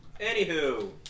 Anywho